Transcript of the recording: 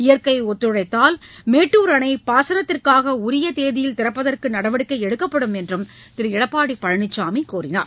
இயற்கை ஒத்துழைத்தால் மேட்டூர் அணை பாசனத்திற்காக உரிய தேதியில் திறப்பதற்கு நடவடிக்கை எடுக்கப்படும் என்றும் திரு எடப்பாடி பழனிசாமி தெரிவித்தார்